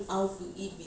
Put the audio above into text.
mm